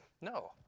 No